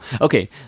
Okay